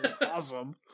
awesome